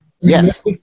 Yes